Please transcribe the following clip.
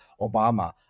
Obama